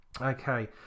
okay